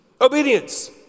obedience